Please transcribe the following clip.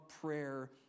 prayer